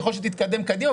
ככל שתתקדם קדימה,